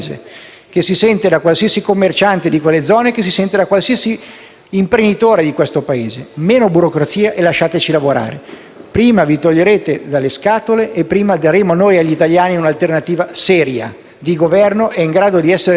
Prima vi toglierete dalle scatole e prima daremo noi agli italiani un'alternativa seria di Governo, in grado di essere rispettata anche in Europa. *(Applausi dal